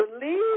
believe